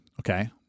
okay